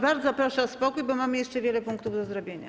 Bardzo proszę o spokój, bo mamy jeszcze wiele punktów do zrobienia.